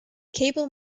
cable